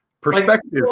Perspective